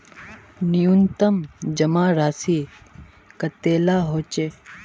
न्यूनतम जमा राशि कतेला होचे?